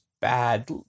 bad